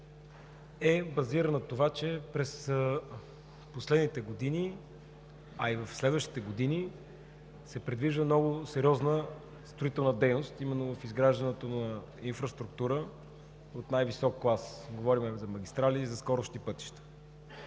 е базиран на това, че през последните години, а и в следващите години се предвижда много сериозна строителна дейност именно в изграждането на инфраструктура от най-висок клас. Говорим за магистрали и за скоростни пътища.